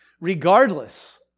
regardless